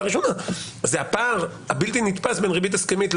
הראשונה הוא הפער הבלתי נתפס בין ריבית הסכמית,